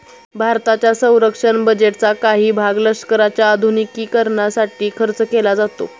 भारताच्या संरक्षण बजेटचा काही भाग लष्कराच्या आधुनिकीकरणासाठी खर्च केला जातो